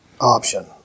option